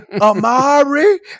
Amari